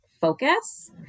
focus